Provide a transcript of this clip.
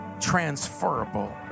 transferable